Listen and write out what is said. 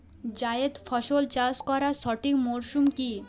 জায়েদ ফসল চাষ করার সঠিক মরশুম কি?